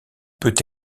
peut